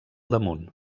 damunt